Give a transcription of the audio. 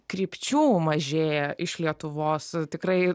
krypčių mažėja iš lietuvos tikrai